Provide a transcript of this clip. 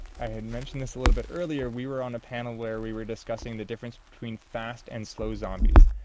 i had mentioned this a little bit earlier, we were on a panel where we were discussing the difference between fast and slow zombies.